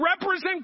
represent